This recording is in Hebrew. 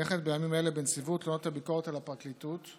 נערכת בימים האלה בנציבות תלונות הביקורת על הפרקליטות.